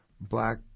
black